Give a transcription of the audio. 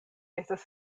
estas